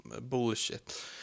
bullshit